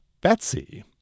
Betsy